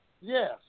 Yes